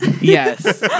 Yes